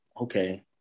okay